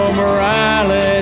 morality